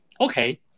okay